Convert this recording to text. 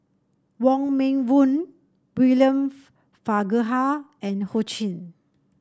Wong Meng Voon William Farquhar and Ho Ching